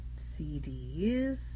CDs